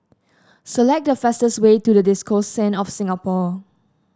select the fastest way to the Diocese of Singapore